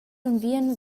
unviern